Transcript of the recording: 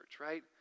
right